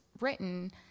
written